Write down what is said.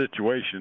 situation